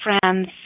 friends